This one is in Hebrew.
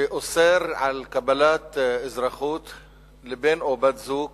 שאוסרת קבלת אזרחות של בן-זוג או בת-זוג